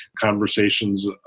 conversations